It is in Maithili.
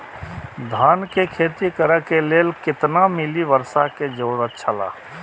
धान के खेती करे के लेल कितना मिली वर्षा के जरूरत छला?